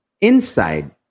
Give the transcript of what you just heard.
inside